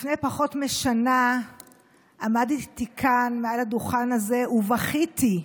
לפני פחות משנה עמדתי כאן מעל הדוכן הזה ובכיתי,